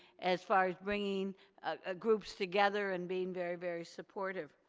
as far as bringing ah groups together and being very, very supportive.